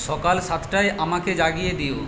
সকাল সাতটায় আমাকে জাগিয়ে দিও